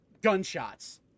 gunshots